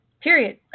Period